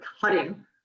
cutting